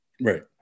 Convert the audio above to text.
Right